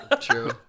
True